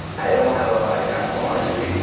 i don't have a hard time falling asleep.